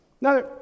Now